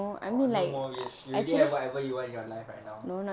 or no more wish she already have whatever you want in your life right now